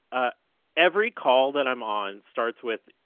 every call that i'm on starts with,